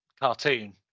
cartoon